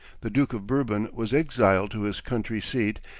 the duke of bourbon was exiled to his country-seat,